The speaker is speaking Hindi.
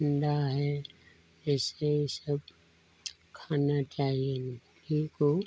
अंडा है जैसे यह सब खाना चाहिए इन इनको